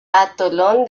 atolón